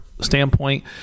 standpoint